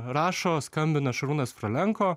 rašo skambina šarūnas frolenko